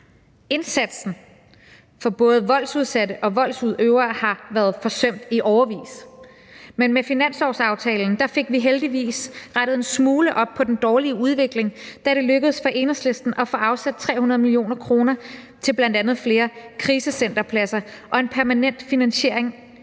Indsatsen for både voldsudsatte og voldsudøvere har været forsømt i årevis, men med finanslovsaftalen fik vi heldigvis rettet en smule op på den dårlige udvikling, da det lykkedes for Enhedslisten at få afsat 300 mio. kr. til bl.a. flere pladser på krisecentre og en permanent finansiering